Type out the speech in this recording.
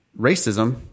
racism